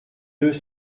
deux